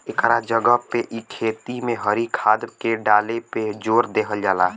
एकरा जगह पे इ खेती में हरी खाद के डाले पे जोर देहल जाला